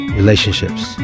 relationships